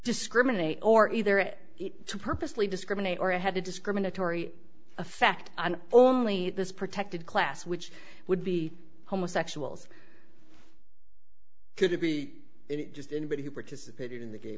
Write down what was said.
discriminate or either it to purposely discriminate or it had a discriminatory effect on only this protected class which would be homosexuals could it be it just anybody who participated in the gay